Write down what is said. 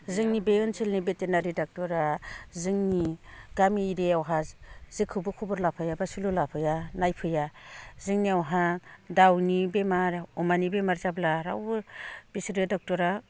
जोंनि बे ओनसोलनि भेटेनारि डक्ट'रा जोंनि गामि एरियायावहाय जेखौबो खबर लाफाया बा सोलु लाफाया नायफैया जोंनियावहा दाउनि बेमार अमानि बेमार जाब्ला रावबो बिसोरो डक्ट'रा